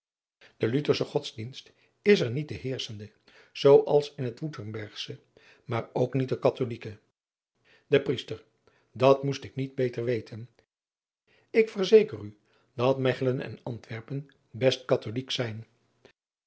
de uthersche odsdienst is er niet de heerschende zoo als in het urtembergsche maar ook niet de atholijke e riester at moest ik niet beter weten k verzeker u dat echelen en ntwerpen best atholijk zijn